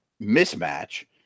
mismatch